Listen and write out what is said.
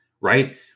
right